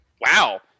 Wow